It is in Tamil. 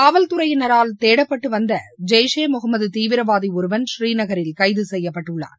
காவல்துறையினரால் தேடப்பட்டு வந்த ஜெய் ஷே முகமது தீவிரவாதி ஒருவன் புறீநகரில் கைது செய்யப்பட்டுள்ளான்